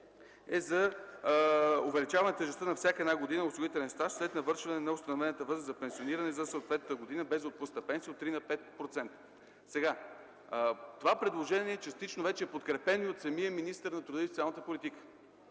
е за увеличаване тежестта на всяка една година осигурителен стаж след навършване на установената възраст за пенсиониране за съответната година без отпусната пенсия от 3 на 5%. Това предложение частично вече е подкрепено и от самия министър на труда и социалната политика.